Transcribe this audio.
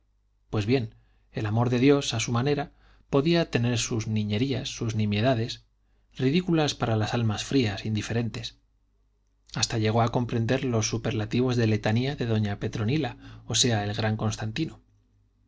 pues bien el amor de dios a su manera podía tener sus niñerías sus nimiedades ridículas para las almas frías indiferentes hasta llegó a comprender los superlativos de letanía de doña petronila o sea el gran constantino